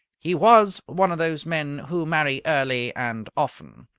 he was one of those men who marry early and often.